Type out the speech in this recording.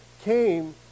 came